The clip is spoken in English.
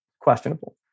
questionable